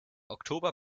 oktober